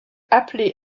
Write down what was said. appelées